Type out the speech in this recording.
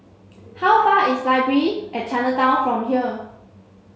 how far is Library at Chinatown from here